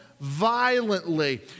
violently